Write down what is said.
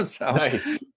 Nice